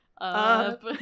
up